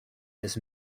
his